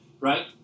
right